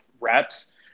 reps